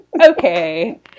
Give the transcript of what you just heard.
Okay